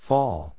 Fall